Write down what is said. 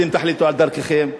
אתם תחליטו על דרככם,